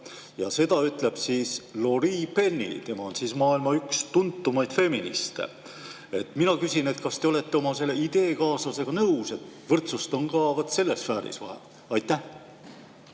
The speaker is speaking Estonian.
Ja seda ütleb Laurie Penny, tema on üks maailma tuntumaid feministe. Mina küsin, kas te olete oma ideekaaslasega nõus, et võrdsust on ka selles sfääris vaja. Aitäh,